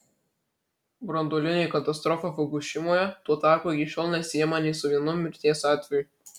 branduolinė katastrofa fukušimoje tuo tarpu iki šiol nesiejama nė su vienu mirties atveju